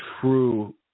true